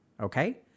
okay